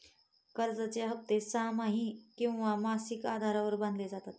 कर्जाचे हप्ते सहामाही किंवा मासिक आधारावर बांधले जातात